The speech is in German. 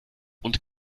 und